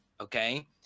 okay